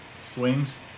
swings